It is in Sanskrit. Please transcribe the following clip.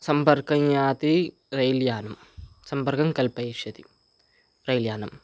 सम्पर्कं याति रैल् यानं सम्पर्कं कल्पयिष्यति रैल् यानं